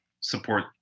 support